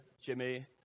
Jimmy